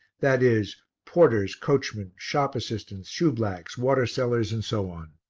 that is, porters, coachmen, shop assistants, shoeblacks, water-sellers, and so on.